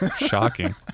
Shocking